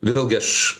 vėlgi aš